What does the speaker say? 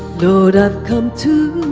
good i've come to